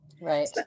Right